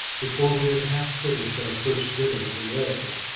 before we had half finished our first dinner in america,